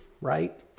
right